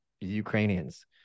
Ukrainians